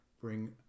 bring